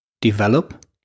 develop